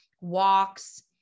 walks